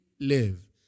live